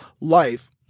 life